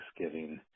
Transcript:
Thanksgiving